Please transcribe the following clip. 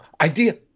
idea